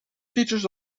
features